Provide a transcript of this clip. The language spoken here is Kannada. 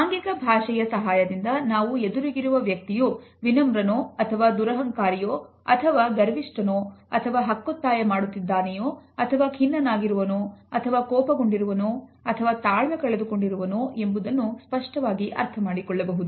ಆಂಗಿಕ ಭಾಷೆಯ ಸಹಾಯದಿಂದ ನಾವು ಎದುರಿಗಿರುವ ವ್ಯಕ್ತಿಯು ವಿನಮ್ರನೋ ಅಥವಾ ದುರಹಂಕಾರಿಯೋ ಅಥವಾ ಅವನು ಗರ್ವಿಷ್ಠನೋ ಅಥವಾ ಹಕ್ಕೊತ್ತಾಯ ಮಾಡುತ್ತಿದ್ದಾನೆಯೋ ಅಥವಾ ಖಿನ್ನನಾಗಿರುವನೋ ಅಥವಾ ಕೋಪಗೊಂಡಿರುವನೋ ಅಥವಾ ತಾಳ್ಮೆ ಕಳೆದುಕೊಂಡಿರುವನೋ ಎಂಬುದನ್ನು ಸ್ಪಷ್ಟವಾಗಿ ಅರ್ಥಮಾಡಿಕೊಳ್ಳಬಹುದು